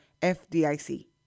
FDIC